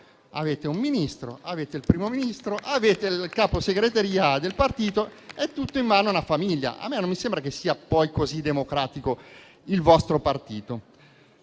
Avete un Ministro, avete il Primo Ministro, avete il capo segreteria del partito: è tutto in mano alla famiglia. A me non sembra che sia poi così democratico il vostro partito.